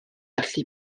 allu